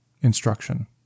instruction